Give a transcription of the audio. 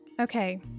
Okay